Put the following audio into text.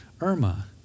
Irma